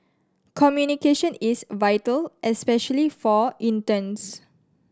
communication is vital especially for interns